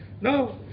No